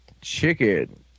Chicken